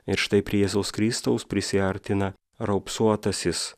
ir štai prie jėzaus kristaus prisiartina raupsuotasis